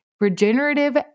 Regenerative